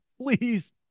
Please